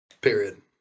Period